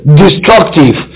destructive